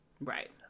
Right